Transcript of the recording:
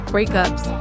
breakups